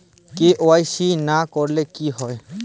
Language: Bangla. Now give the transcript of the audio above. কে.ওয়াই.সি না করলে কি হয়?